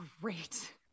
great